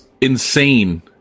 insane